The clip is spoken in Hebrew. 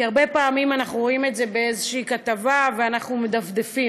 כי הרבה פעמים אנחנו רואים את זה באיזו כתבה ואנחנו מדפדפים,